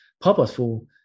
purposeful